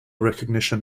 recognition